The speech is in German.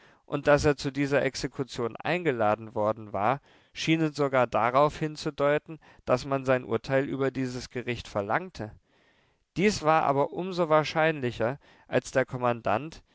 und daß er zu dieser exekution eingeladen worden war schien sogar darauf hinzudeuten daß man sein urteil über dieses gericht verlangte dies war aber um so wahrscheinlicher als der kommandant